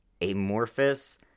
amorphous